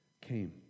came